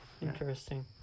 Interesting